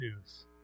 news